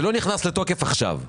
זה לא נכנס לתוקף עכשיו.